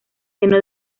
seno